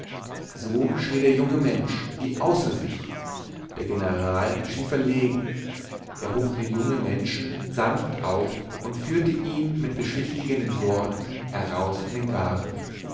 so schrie der junge mensch wie außer sich der general schien verlegen er hob den jungen menschen sanft auf und führte ihn mit beschwichtigenden worten heraus in den garten